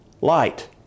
light